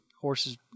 Horses